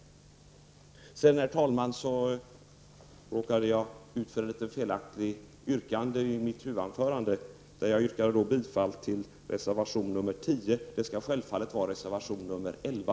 Herr talman! Jag råkade i mitt huvudanförande felaktigt yrka bifall till reservation 10, det skall självfallet vara reservation 11.